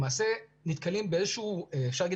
למעשה נתקלים באיזושהי אפשר לומר